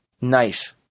nice